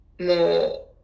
more